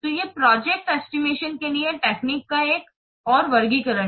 तो ये project estimation के लिए टेक्निक का एक और वर्गीकरण हैं